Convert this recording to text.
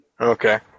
Okay